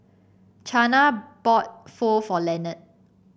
Chana bought Pho for Leonard